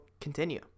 continue